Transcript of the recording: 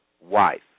wife